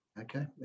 okay